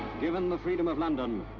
given the freedom of london,